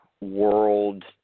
world